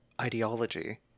ideology